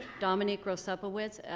dominique roe-sepowitz,